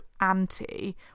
anti